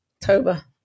Toba